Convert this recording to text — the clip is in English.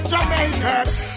Jamaica